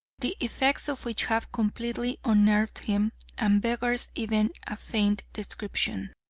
the effects of which have completely unnerved him and beggars even a faint description.